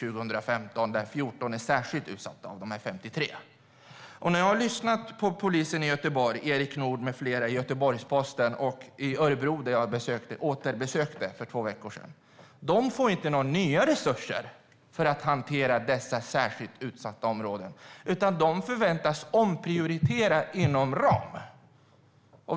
14 av de 53 områdena är särskilt utsatta. Jag har lyssnat på polisen i Göteborg, Erik Nord med flera som har uttalat sig i Göteborgs-Posten, och på polisen i Örebro vid ett återbesök för två veckor sedan. De får inte nya resurser för att hantera dessa särskilt utsatta områden. De förväntas omprioritera inom ram.